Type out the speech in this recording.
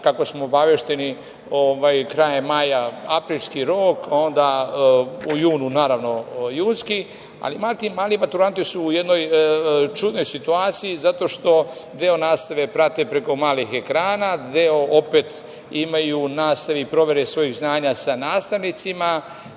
kako smo obavešteni, krajem maja aprilski rok, onda u junu naravno junski. Ali, mali maturanti su u jednoj čudnoj situaciji zato što deo nastave prate preko malih ekrana, deo imaju nastave i provere svojih znanja sa nastavnicima.